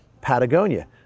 Patagonia